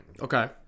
Okay